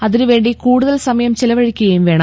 അതിനുവേണ്ടി കൂടുതൽ സമയം ചെലവഴിക്കുകയും വേണം